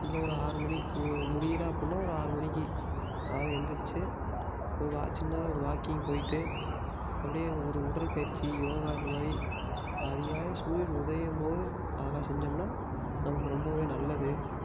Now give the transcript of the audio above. இல்லை ஒரு ஆறு மணிக்கு முடியலை அப்படின்னா ஒரு ஆறு மணிக்கு அதாவது எழுந்திரிச்சி ஒரு வா சின்னதாக ஒரு வாக்கிங் போயிட்டு அப்படியே ஒரு உடல்பயிற்சி யோகா இந்தமாதிரி அதிகாலை சூரியன் உதயம் போது அதெல்லாம் செஞ்சோம்னால் நமக்கு ரொம்பவே நல்லது